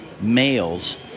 males